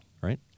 right